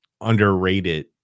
underrated